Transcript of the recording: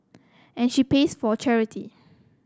and she plays for charity